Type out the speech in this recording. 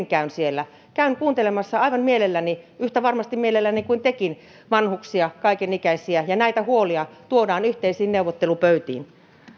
käyn siellä käyn kuuntelemassa aivan mielelläni varmasti yhtä mielelläni kuin tekin vanhuksia kaikenikäisiä ja näitä huolia tuodaan yhteisiin neuvottelupöytiin